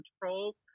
control